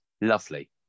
lovely